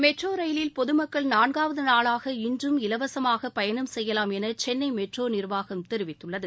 metro ரயிலில் பொதுமக்கள் நான்காவது நாளாக இன்றும் இலவசமாக பயணம் செய்யலாம் என சென்னை மெட்ரோ நிர்வாகம் தெரிவித்துள்ளது